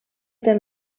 del